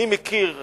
אני מכיר אחד,